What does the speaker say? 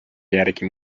järgi